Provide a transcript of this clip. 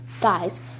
Guys